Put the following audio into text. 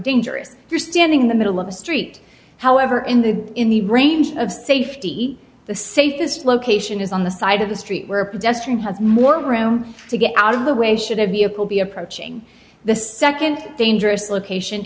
dangerous if you're standing in the middle of a street however in the in the range of safety the safest location is on the side of the street where a pedestrian has more room to get out of the way should have vehicle be approaching the nd dangerous location